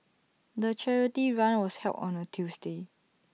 the charity run was held on A Tuesday